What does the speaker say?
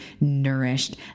nourished